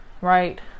right